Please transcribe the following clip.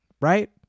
right